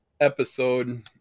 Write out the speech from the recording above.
episode